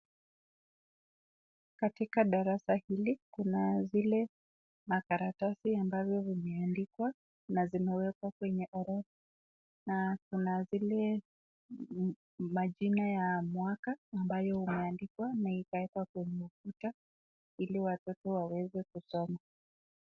Katika darasa hili kuna zile makaratasi ambavyo vimeandikwa na zimewekwa kwenye orodha , na kuna zile majina ya mwaka ambayo umeandikwa na ikawekwa kwenye ukuta ili watoto waweze kusoma .